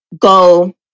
go